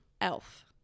Elf